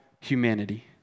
humanity